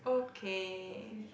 okay